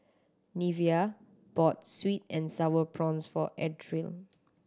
Neveah bought sweet and Sour Prawns for Adriel